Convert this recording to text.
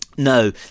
no